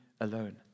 alone